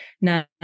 now